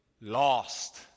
lost